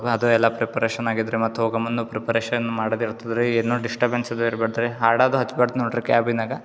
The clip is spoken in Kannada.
ಅದು ಎಲ್ಲ ಪ್ರಿಪರೇಷನ್ ಆಗ್ಯಾದ ರೀ ಮತ್ತು ಹೋಗೊ ಮುನ್ನ ಪ್ರಿಪರೇಷನ್ ಮಾಡೋದು ಇರ್ತದೆ ರೀ ಏನು ಡಿಸ್ಟಬೆನ್ಸ್ ಇದು ಇರ್ಬಾರ್ದು ರೀ ಹಾಡೋದು ಹಚ್ಬಾರ್ದು ನೋಡಿರಿ ಕ್ಯಾಬಿನಾಗ